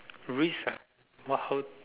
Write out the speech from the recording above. risk ah what how